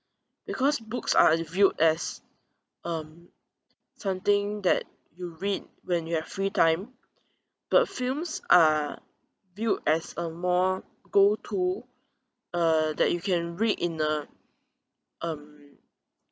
because books are viewed as um something that you read when you have free time but films are viewed as a more go-to uh that you can read in a um